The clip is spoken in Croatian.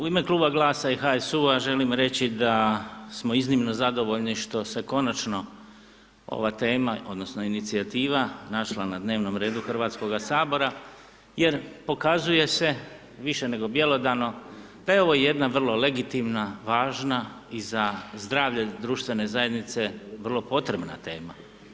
U ime Kluba GLAS-a i HSU-a želim reći da smo iznimno zadovoljni što se konačno ova tema odnosno inicijativa našla na dnevnom redu HS-a jer pokazuje se, više nego bjelodano da je ovo jedna vrlo legitimna, važna i za zdravlje društvene zajednice vrlo potrebna tema.